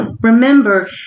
Remember